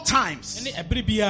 times